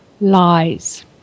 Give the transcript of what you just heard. lies